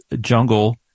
jungle